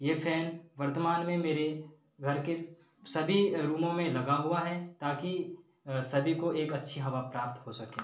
ये फ़ैन वर्तमान में मेरे घर के सभी रूमों में लगा हुआ है ताकि सभी को एक अच्छी हवा प्राप्त हो सके